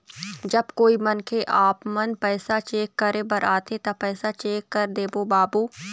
जब कोई मनखे आपमन पैसा चेक करे बर आथे ता पैसा चेक कर देबो बाबू?